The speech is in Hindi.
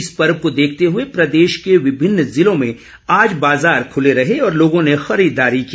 इस पर्व को देखते हुए प्रदेश के विभिन्न ज़िलों में आज बाज़ार ख़ुले रहे और लोगों ने खरीददारी की